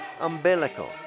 umbilical